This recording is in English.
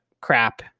crap